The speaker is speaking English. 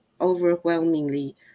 overwhelmingly